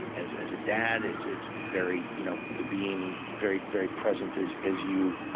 as as a dad, it's it's very you know being very very present as as you